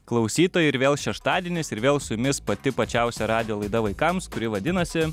klausytojai ir vėl šeštadienis ir vėl su jumis pati pačiausia radijo laida vaikams kuri vadinasi